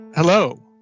Hello